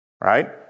right